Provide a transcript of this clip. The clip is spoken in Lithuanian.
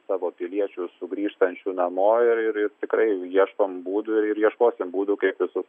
savo piliečių sugrįžtančių namo ir ir ir tikrai ieškom būdų ir ir ieškosim būdų kaip visus